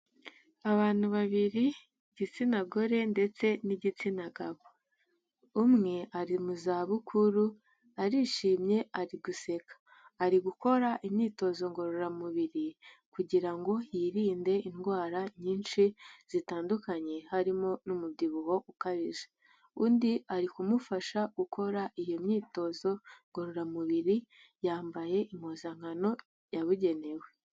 Abantu babiri, igitsina gore ndetse n'igitsina gabo. Umwe ari mu zabukuru arishimye ari guseka. Ari gukora imyitozo ngororamubiri kugira ngo yirinde indwara nyinshi zitandukanye harimo n'umubyibuho ukabije. Undi ari kumufasha gukora iyo myitozo ngororamubiri, yambaye impuzankano yabugenewe.